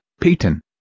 Peyton